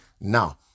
Now